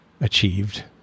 achieved